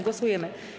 Głosujemy.